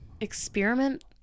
experiment